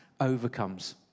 overcomes